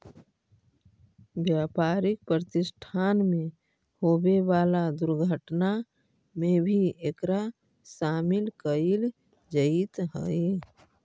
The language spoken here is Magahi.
व्यापारिक प्रतिष्ठान में होवे वाला दुर्घटना में भी एकरा शामिल कईल जईत हई